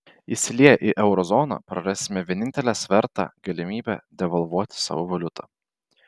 įsilieję į euro zoną prarasime vienintelį svertą galimybę devalvuoti savo valiutą